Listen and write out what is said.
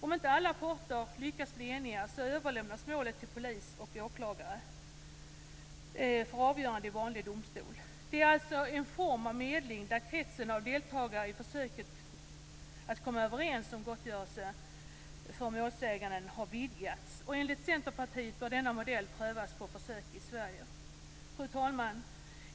Om inte alla parter lyckas bli eniga överlämnas målet till polis och åklagare för avgörande i vanlig domstol. Detta är alltså en form av medling där kretsen av deltagare i försöket att komma överens om gottgörelse för målsäganden har vidgats. Enligt Centerpartiet bör denna modell prövas på försök i Sverige. Fru talman!